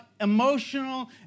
emotional